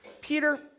Peter